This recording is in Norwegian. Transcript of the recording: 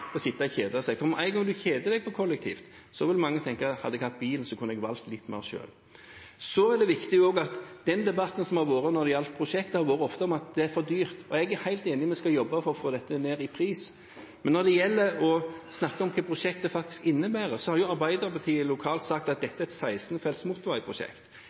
å sitte og kjede seg, for med en gang en kjeder seg når en reiser kollektivt, vil mange tenke: Hadde jeg hatt bil, kunne jeg valgt litt mer selv. Det er også viktig å merke seg at den debatten som har vært når det gjaldt prosjekter, ofte har handlet om at det er for dyrt. Jeg er helt enig i at vi skal jobbe for å få dette ned med hensyn til pris, men når det gjelder å snakke om hva prosjektet faktisk innebærer, har jo Arbeiderpartiet lokalt sagt at dette er et 16-felts motorveiprosjekt.